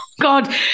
God